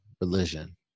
religion